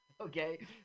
okay